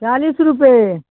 चालीस रुपये